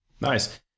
Nice